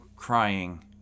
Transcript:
Crying